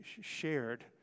shared